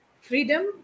Freedom